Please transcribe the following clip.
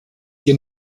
hier